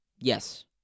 yes